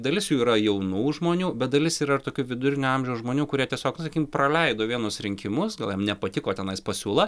dalis jų yra jaunų žmonių bet dalis yra ir tokių vidurinio amžiaus žmonių kurie tiesiog nu sakykim praleido vienus rinkimus gal jiem nepatiko tenais pasiūla